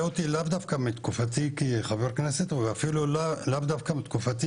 אותי לאו דווקא מתקופתי כחבר כנסת ואפילו לאו דווקא מתקופתי